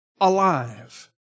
alive